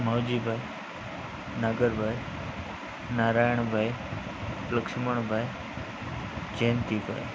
Mavjibhai Nagarbhai Narayanbhai Laxmanbhai Jayantibhai